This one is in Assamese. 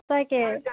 সঁচাকৈ